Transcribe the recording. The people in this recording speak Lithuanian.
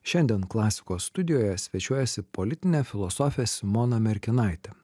šiandien klasikos studijoje svečiuojasi politinė filosofė simona merkinaitė